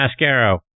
Mascaro